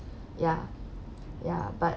ya ya but